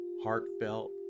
heartfelt